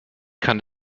kann